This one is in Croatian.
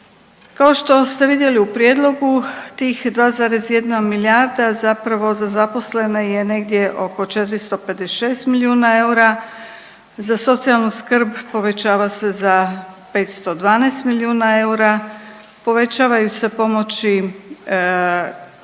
Kao što ste vidjeli u prijedlogu tih 2,1 milijarda zapravo za zaposlene je negdje oko 456 milijuna eura, za socijalnu skrb povećava se za 512 milijuna eura, povećavaju se pomoći